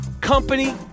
company